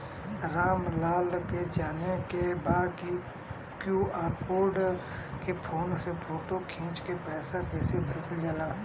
राम लाल के जाने के बा की क्यू.आर कोड के फोन में फोटो खींच के पैसा कैसे भेजे जाला?